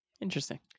Interesting